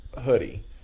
hoodie